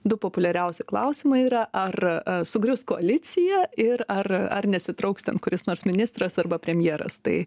du populiariausi klausimai yra ar sugrius koalicija ir ar ar nesitrauks ten kuris nors ministras arba premjeras tai